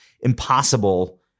impossible